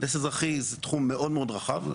מהנדס אזרחי זה תחום מאוד רחב,